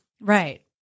Right